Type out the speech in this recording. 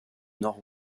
nord